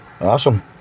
awesome